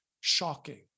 Shocking